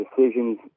decisions